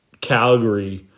Calgary